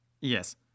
Yes